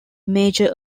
major